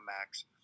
Max